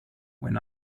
when